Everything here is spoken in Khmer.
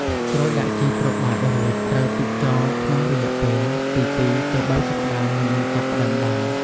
ក្រោយដាក់ជីទ្រាប់បាតរួច ត្រូវទុកចោលក្នុងរយៈពេលពី ២ ទៅ ៣ សប្តាហ៍មុននឹងចាប់ផ្តើមដាំ។